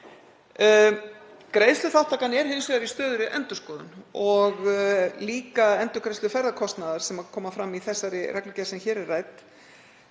Greiðsluþátttakan er hins vegar í stöðugri endurskoðun og líka endurgreiðsla ferðakostnaðar, sem kemur fram í þeirri reglugerð sem hér er rædd.